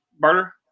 barter